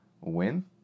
win